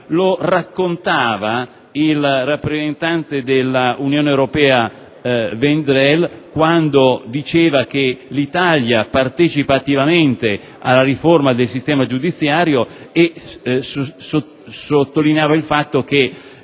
Lo raccontava il rappresentante dell'Unione Europea Vendrell quando affermava che l'Italia partecipa attivamente alla riforma del sistema giudiziario e sottolineava il fatto che